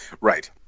Right